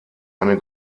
eine